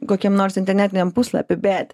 kokiam nors internetiniam puslapy bet